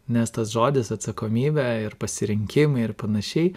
nes tas žodis atsakomybė ir pasirinkimai ir panašiai